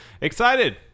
Excited